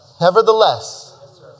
Nevertheless